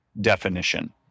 definition